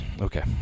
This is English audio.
Okay